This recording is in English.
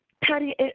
Patty